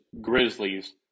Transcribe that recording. Grizzlies